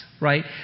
right